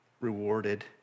rewarded